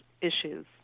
issues